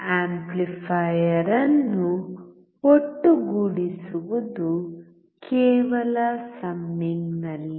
amplifier ಅನ್ನು ಒಟ್ಟುಗೂಡಿಸುವುದು ಕೇವಲ ಸಮ್ಮಿಂಗ್ ನಲ್ಲಿ